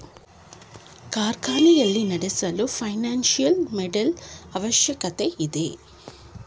ಕಾರ್ಖಾನೆಯನ್ನು ನಡೆಸಲು financial model ಅವಶ್ಯಕತೆ ಇದೆ